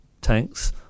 tanks